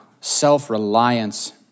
self-reliance